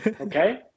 okay